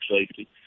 safety